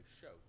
show